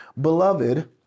Beloved